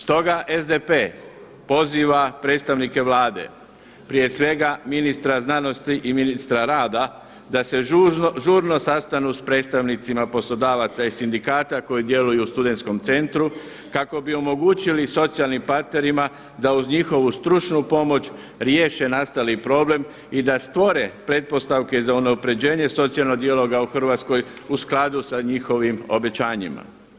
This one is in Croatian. Stoga SDP poziva predstavnike Vlade, prije svega ministra znanosti i ministra rada da se žurno sastanu sa predstavnicima poslodavaca i sindikata koji djeluju u Studenskom centru kako bi omogućili socijalnim partnerima da uz njihovu stručnu pomoć riješe nastali problem i da stvore pretpostavke za unapređenje socijalnog dijaloga u Hrvatskoj u skladu sa njihovim obećanjima.